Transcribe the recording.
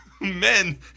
men